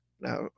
Now